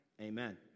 Amen